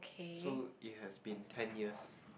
so it has been ten years